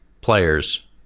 players